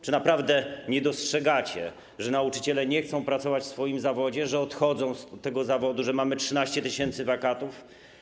Czy naprawdę nie dostrzegacie, że nauczyciele nie chcą pracować w swoim zawodzie, że odchodzą z tego zawodu, że mamy 13 tys. wakatów?